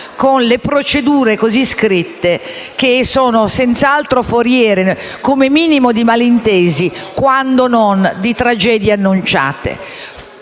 con le procedure così scritte, che sono senz'altro foriere come minimo di malintesi, quando non di tragedie annunciate.